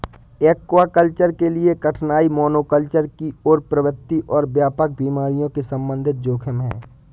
aquaculture के लिए कठिनाई मोनोकल्चर की ओर प्रवृत्ति और व्यापक बीमारी के संबंधित जोखिम है